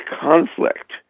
conflict